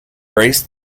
grace